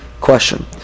question